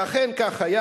ואכן כך היה.